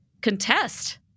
contest